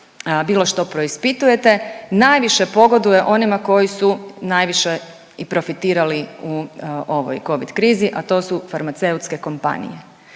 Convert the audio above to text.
bilo što proispitujete, najviše pogoduje onima koji su najviše i profitirali u ovoj covid krizi, a to su farmaceutske kompanije.